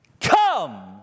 come